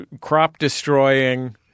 crop-destroying